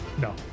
No